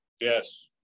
Yes